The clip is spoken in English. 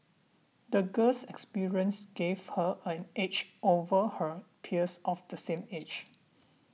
the girl's experiences gave her an edge over her peers of the same age